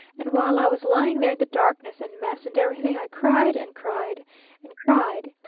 and while i was lying there in the darkness and mess and everything, i cried and cried and cried.